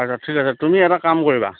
আচ্ছা ঠিক আছে তুমি এটা কাম কৰিবা